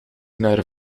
naar